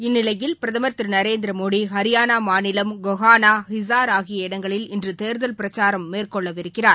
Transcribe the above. இந்நிலையில் பிரதமா் திருநரேந்திரமோடிமகாராஷ்டிராமாநிலம் கொஹானா ஹிசாா் ஆகிய இடங்களில் இன்றுதேர்தல் பிரச்சாரம் மேற்கொள்ளவிருக்கிறார்